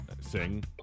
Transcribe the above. Sing